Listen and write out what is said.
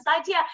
idea